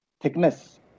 thickness